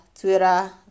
Twitter